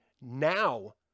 now